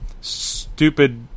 Stupid